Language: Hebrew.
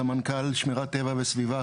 סמנכ"ל שמירת טבע וסביבה,